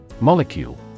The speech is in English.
Molecule